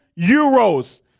euros